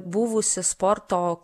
buvusį sporto